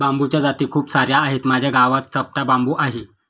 बांबूच्या जाती खूप सार्या आहेत, माझ्या गावात चपटा बांबू आहे